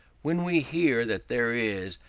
when we hear that there is,